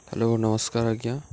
hello ନମସ୍କାର୍ ଆଜ୍ଞା